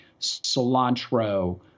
cilantro